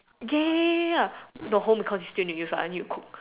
ya ya ya ya the home econs one I need to cook